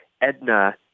Edna